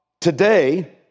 Today